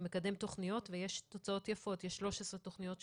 מקדם תכניות ויש תוצאות יפות יש 13 תכניות שאושרו,